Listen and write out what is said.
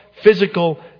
physical